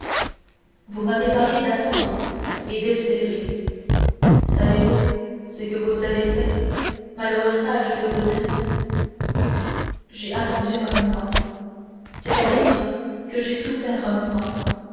vous m'avez parlé d'attendre et d'espérer savez-vous ce que vous avez fait malheureux sage que vous êtes j'ai attendu un mois c'est-à-dire que j'ai souffert